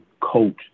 coach